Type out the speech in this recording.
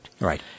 Right